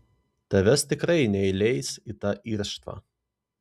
tavęs tikrai neįleis į tą irštvą